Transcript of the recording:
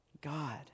God